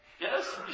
Yes